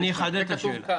אני קונה מכשיר אחד